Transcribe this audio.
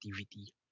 activity